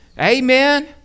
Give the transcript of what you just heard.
amen